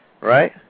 right